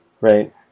right